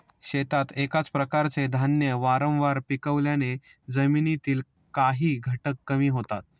शेतात एकाच प्रकारचे धान्य वारंवार पिकवल्याने जमिनीतील काही घटक कमी होतात